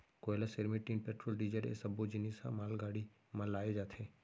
कोयला, cement, tin, petrol, diesel ए सब्बो जिनिस ह मालगाड़ी म लाए जाथे